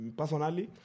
personally